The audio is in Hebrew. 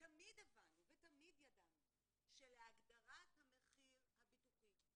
תמיד הבנו ותמיד ידענו שלהגדרת המחיר הביטוחי,